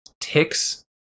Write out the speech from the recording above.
ticks